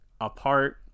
apart